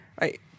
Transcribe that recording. right